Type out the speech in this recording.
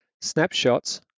Snapshots